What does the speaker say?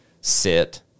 sit